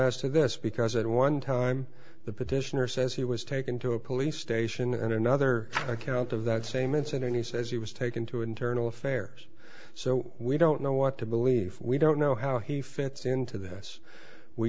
as to this because at one time the petitioner says he was taken to a police station and another account of that same incident he says he was taken to internal affairs so we don't know what to believe we don't know how he fits into this we